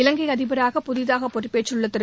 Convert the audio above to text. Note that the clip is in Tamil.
இவங்கை அதிபராக புதிதாக பொறுப்பேற்றுள்ள திரு